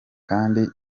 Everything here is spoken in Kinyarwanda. kandi